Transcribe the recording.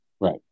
Right